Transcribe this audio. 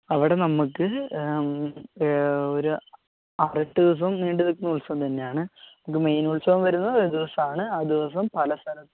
അവിടെ നമുക്ക് ഒരു അവിടെ എട്ട് ദീസം നീണ്ട് നിൽക്കുന്ന ഉത്സവം തന്നെയാണ് ഇത് മെയ്ന് ഉത്സവം വരുന്നത് ഏത് ദിവസമാണ് ആ ദിവസം പല സ്ഥലത്തും